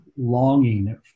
longing